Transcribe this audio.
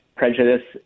Prejudice